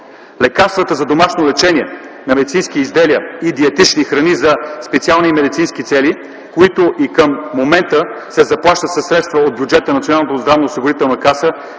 лекарствата за домашно лечение на медицински изделия и диетични храни за специални медицински цели, които и към момента се заплащат със средства от бюджета на Националната здравноосигурителна каса,